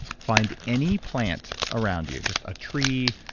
find any plant around you, just a tree,